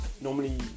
normally